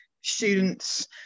students